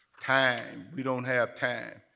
time, we don't have time.